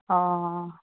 অঁ